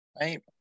Right